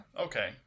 okay